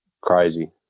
crazy